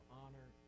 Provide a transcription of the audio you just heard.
honor